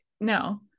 no